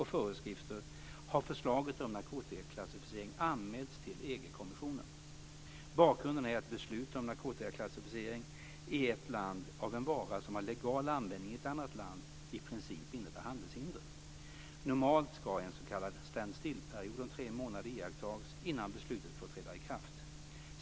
I enlighet med ett kommissionen. Bakgrunden är att beslut om narkotikaklassificering i ett land av en vara som har legal användning i ett annat land i princip innebär handelshinder. Normalt ska en s.k. stand still-period om tre månader iakttas innan beslutet får träda i kraft.